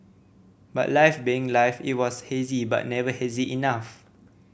but life being life it was hazy but never hazy enough